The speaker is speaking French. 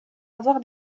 avoir